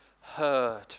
heard